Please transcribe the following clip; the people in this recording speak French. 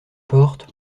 porte